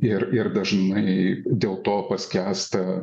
ir ir dažnai dėl to paskęsta